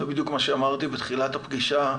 זה בדיוק מה שאמרתי בתחילת הפגישה,